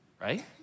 right